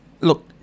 Look